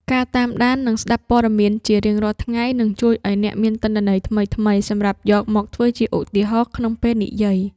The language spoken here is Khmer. ការតាមដាន និងស្ដាប់ព័ត៌មានជារៀងរាល់ថ្ងៃ នឹងជួយឱ្យអ្នកមានទិន្នន័យថ្មីៗសម្រាប់យកមកធ្វើជាឧទាហរណ៍ក្នុងពេលនិយាយ។